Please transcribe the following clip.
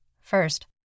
First